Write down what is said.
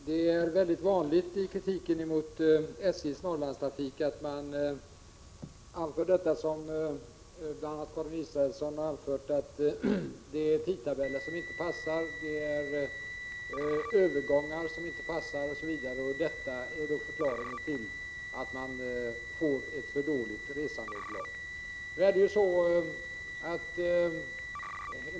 Herr talman! Det är mycket vanligt att man i kritiken mot SJ:s Norrlandstrafik anför just det som bl.a. Karin Israelsson har anfört, nämligen att det är tidtabeller som inte passar, övergångar som inte passar osv. och att det är förklaringen till att man får ett för dåligt resandeunderlag.